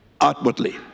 outwardly